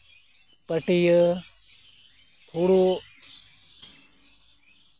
ᱯᱟᱹᱴᱭᱟ ᱯᱷᱩᱲᱩᱜ